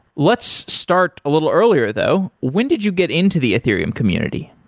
let's start a little earlier though. when did you get into the ethereum community?